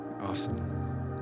Awesome